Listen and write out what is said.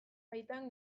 baitan